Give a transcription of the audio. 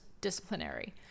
disciplinary